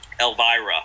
Elvira